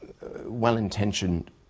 well-intentioned